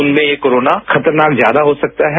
उनमें ये कोरोना खतरनाक ज्यादा हो सकता है